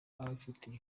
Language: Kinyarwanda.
abafitiye